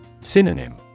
Synonym